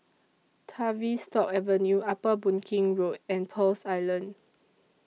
Tavistock Avenue Upper Boon Keng Road and Pearls Island